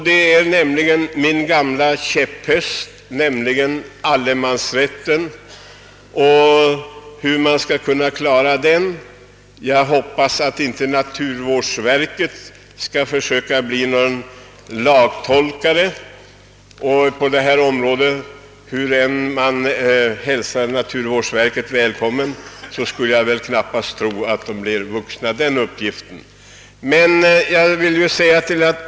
Den ena gäller min gamla käpphäst allemansrätten. Jag hop. pas att naturvårdsverket inte skall försöka bli någon lagtolkare på detta område. Hur välkommet detta verk än må vara, kan jag knappast tro att det blir vuxet en sådan uppgift.